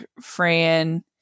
fran